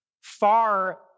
far